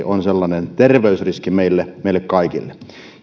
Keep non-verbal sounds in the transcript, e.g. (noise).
(unintelligible) on sellainen terveysriski meille meille kaikille